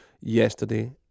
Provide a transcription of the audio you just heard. yesterday